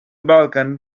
balkan